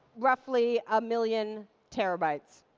roughly a million terabytes.